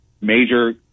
major